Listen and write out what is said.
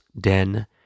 Den